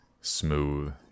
smooth